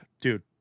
dude